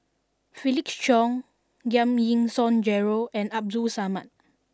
Felix Cheong Giam Yean Song Gerald and Abdul Samad